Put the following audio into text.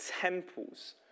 temples